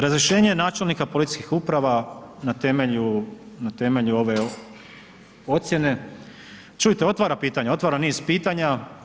Razrješenje načelnika policijskih uprava na temelju, na temelju ove ocjene, čujte otvara pitanje, otvara niz pitanja.